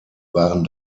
waren